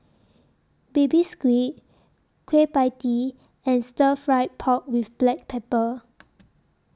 Baby Squid Kueh PIE Tee and Stir Fry Pork with Black Pepper